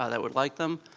ah that would like them,